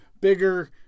bigger